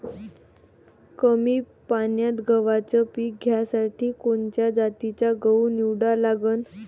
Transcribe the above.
कमी पान्यात गव्हाचं पीक घ्यासाठी कोनच्या जातीचा गहू निवडा लागन?